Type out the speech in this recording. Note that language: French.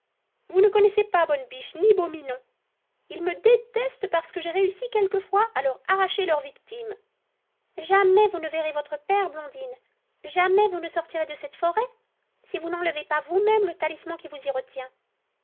vous ne connaissez pas bonne biche ni beau minon ils me détestent parce que j'ai réussi quelquefois à leur arracher leurs victimes jamais vous ne verrez votre père blondine jamais vous ne sortirez de cette forêt si vous n'enlevez pas vous-même le talisman qui vous y retient